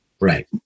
Right